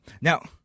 Now